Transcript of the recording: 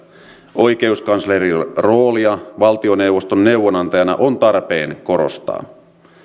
oikeuskanslerin roolia valtioneuvoston neuvonantajana on tarpeen korostaa